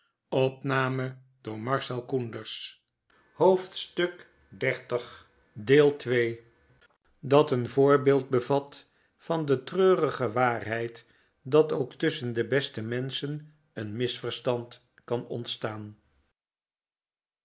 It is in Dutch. hoofdstuk xxx dat een voorbeeld bevat van de treurige waarheid dat ook tusschen de beste menschen een misverstand kan ontstaan